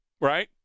Right